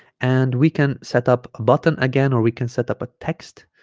and we can set up a button again or we can set up a text